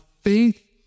faith